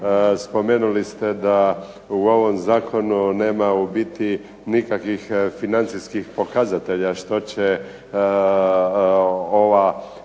spomenuli ste da u ovom zakonu nema u biti nikakvih financijskih pokazatelja što će ovaj